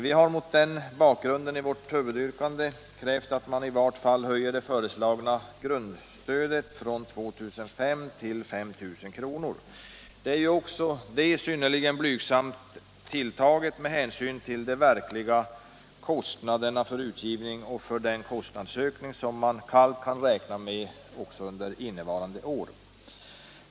Vi har mot den bakgrunden i vårt huvudyrkande krävt att man i vart fall höjer det föreslagna grundstödet från 2 500 till 5 000 kr. Det är också det synnerligen blygsamt tilltaget med hänsyn till de verkliga kostnaderna för utgivning och den kostnadsökning som man kallt kan räkna med enbart under innevarande år.